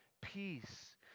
peace